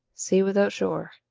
sea without shore.